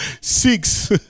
Six